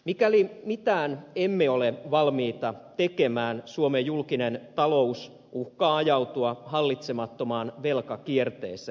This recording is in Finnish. mikäli mitään emme ole valmiita tekemään suomen julkinen talous uhkaa ajautua hallitsemattomaan velkakierteeseen